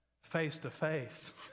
face-to-face